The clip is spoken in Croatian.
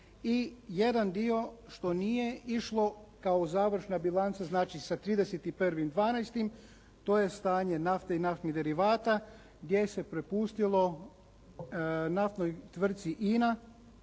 I jedan dio što nije išlo kao završna bilanca znači sa 31.12. to je stanje nafte i naftnih derivata gdje se prepustilo naftnoj tvrtci INA